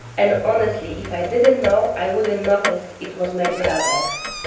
and honestly, if i didn't know i wouldn't noticed it was made without eggs.